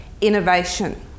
innovation